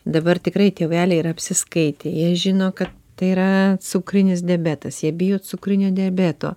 dabar tikrai tėveliai yra apsiskaitę jie žino kad tai yra cukrinis diabetas jie bijo cukrinio diabeto